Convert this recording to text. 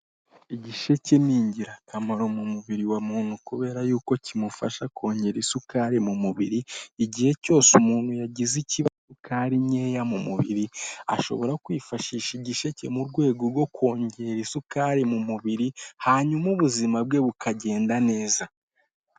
Igisheke ni ingirakamaro mu mubiri wa muntu kubera yuko kimufasha kongera isukari mu mubiri, igihe cyose umuntu yagize ikiba isukari nkeya mu mubiri, ashobora kwifashisha igisheke mu rwego rwo kongera isukari mu mubiri hanyuma ubuzima bwe bukagenda neza.